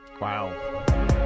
Wow